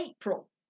April